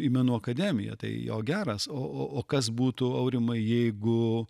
į menų akademiją tai jo geras o o o kas būtų aurimai jeigu